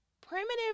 primitive